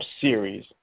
series